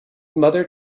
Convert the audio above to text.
mother